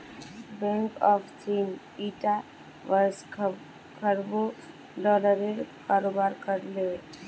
bank of चीन ईटा वर्ष खरबों डॉलरेर कारोबार कर ले